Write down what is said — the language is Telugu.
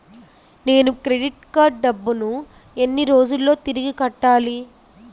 నేను క్రెడిట్ కార్డ్ డబ్బును ఎన్ని రోజుల్లో తిరిగి కట్టాలి?